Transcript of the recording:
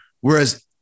Whereas